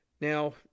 Now